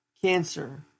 Cancer